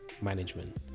management